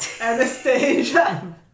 Anastasia